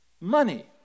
money